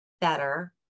better